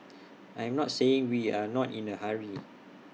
I'm not saying we are not in A hurry